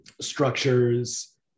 structures